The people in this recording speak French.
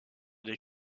des